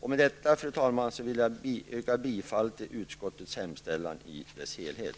Med detta, fru talman, vill jag yrka bifall till utskottets hemställan i dess helhet.